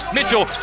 Mitchell